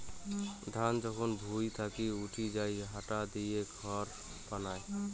ধান যখন ভুঁই থাকি উঠি যাই ইটা দিয়ে খড় বানায়